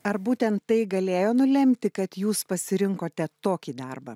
ar būtent tai galėjo nulemti kad jūs pasirinkote tokį darbą